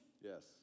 Yes